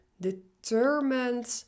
determined